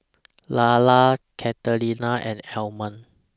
Layla Catalina and Armond